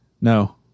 No